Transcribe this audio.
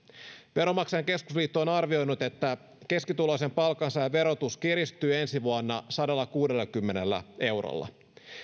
veronmaksajain keskusliitto on arvioinut että keskituloisen palkansaajan verotus kiristyy ensi vuonna sadallakuudellakymmenellä eurolla